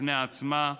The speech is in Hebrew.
בפני עצמה,